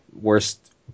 Worst